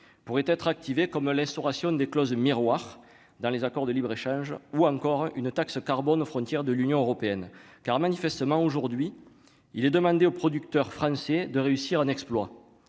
pourrait être activé, comme l'instauration des clauses miroirs dans les accords de libre-échange ou encore une taxe carbone aux frontières de l'Union européenne, car manifestement aujourd'hui il est demandé aux producteurs français de réussir un exploit,